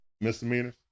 misdemeanors